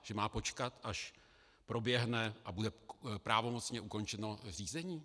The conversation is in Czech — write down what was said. Že má počkat, až proběhne a bude pravomocně ukončeno řízení?